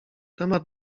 temat